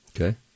okay